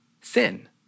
sin